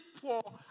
poor